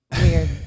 weird